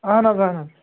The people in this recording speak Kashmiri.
اَہن حظ اَہن حظ